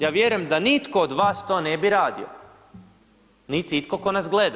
Ja vjerujem da nitko od vas to ne bi radio, niti itko tko nas gleda.